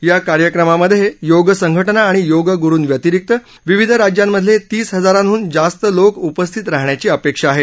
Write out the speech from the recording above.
या कार्यक्रमामध्ये योग संघटना आणि योगग्रूंव्यतिरिक्त विविध राज्यांमधले तीस हजारांहून जास्त लोक उपस्थित राहण्याची अपेक्षा आहे